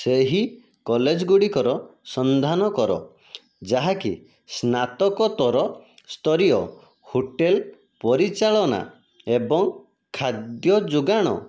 ସେହି କଲେଜ ଗୁଡ଼ିକର ସନ୍ଧାନ କର ଯାହାକି ସ୍ନାତକୋତ୍ତର ସ୍ତରୀୟ ହୋଟେଲ୍ ପରିଚାଳନା ଏବଂ ଖାଦ୍ୟ ଯୋଗାଣ